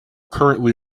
currently